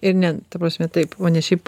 ir ne ta prasme taip o ne šiaip